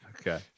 Okay